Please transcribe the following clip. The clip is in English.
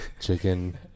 chicken